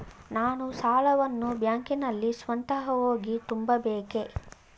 ನಾನು ಸಾಲವನ್ನು ಬ್ಯಾಂಕಿನಲ್ಲಿ ಸ್ವತಃ ಹೋಗಿ ತುಂಬಬೇಕೇ?